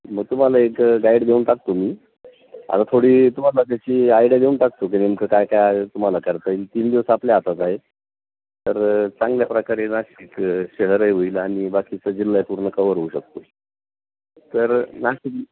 मग तुम्हाला एक गाईड देऊन टाकतो मी आता थोडी तुम्हाला त्याची आयड्या देऊन टाकतो की नेमकं काय काय तुम्हाला करता येईल तीन दिवस आपल्या हातात आहे तर चांगल्या प्रकारे नाशिक शहरही होईल आणि बाकीचं जिल्हा आहे पूर्ण कवर होऊ शकतो तर नाशिक